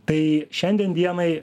tai šiandien dienai